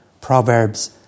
Proverbs